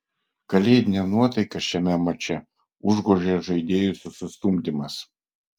kalėdinę nuotaiką šiame mače užgožė žaidėjų susistumdymas